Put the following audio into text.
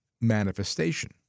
manifestation